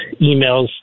emails